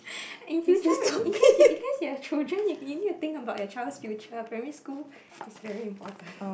in future in case you in case you have children you you need to think about your child's future primary school is very important